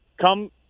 come